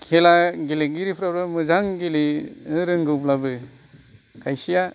खेला गेलेगिरिफ्रा मोजां गेलेनो रोंगौब्लाबो खायसेया